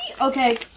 Okay